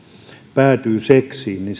päätyy seksiin niin